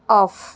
off